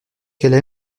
qu’elle